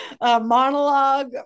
monologue